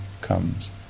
comes